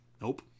Nope